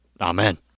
Amen